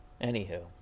Anywho